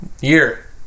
Year